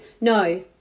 no